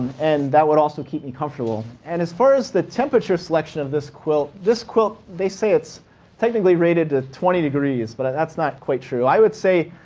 and that would also keep me comfortable. and as far as the temperature selection of this quilt, this quilt, they say it's technically rated to twenty degrees, but that's not quite true. i would say,